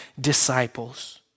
disciples